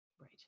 right